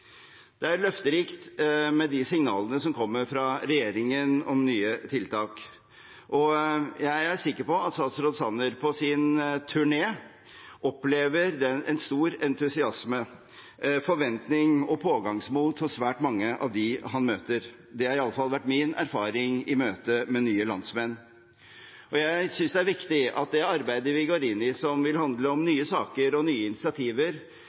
Det er løfterikt med de signalene som kommer fra regjeringen, om nye tiltak. Jeg er sikker på at statsråd Sanner på sin turné opplever en stor entusiasme, forventning og pågangsmot hos svært mange av dem han møter. Det har iallfall vært min erfaring i møte med nye landsmenn. Jeg synes det er viktig at det arbeidet vi går inn i, som vil handle om nye saker og nye initiativer,